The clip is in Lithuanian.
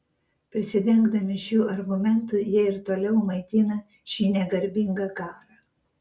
prisidengdami šiuo argumentu jie ir toliau maitina šį negarbingą karą